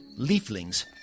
Leaflings